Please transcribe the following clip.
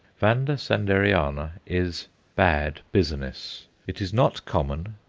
vanda sanderiana is bad business. it is not common,